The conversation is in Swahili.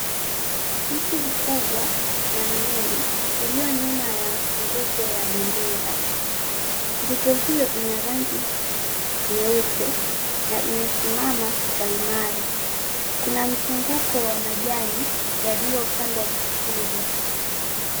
Mti mkubwa na mnene ulio nyuma ya nguzo ya bendera, nguzo hiyo ina rangi nyeupe na imesimama kwa imara. Kuna mzunguko wa majani yaliyopandwa vizuri.